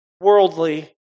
worldly